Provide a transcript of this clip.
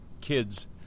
kids